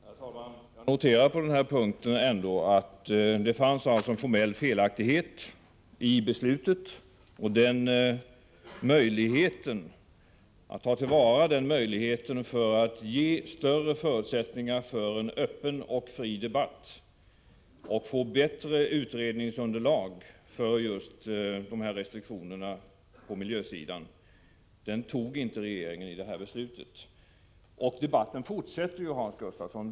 Herr talman! Jag noterar att det ändå på den här punkten fanns en formell felaktighet i beslutet. Regeringen tog inte till vara sin möjlighet att ge större förutsättningar för en öppen och fri debatt och att få ett bättre utredningsunderlag för restriktionerna på miljösidan. Debatten fortsätter, Hans Gustafsson.